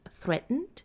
threatened